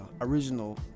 original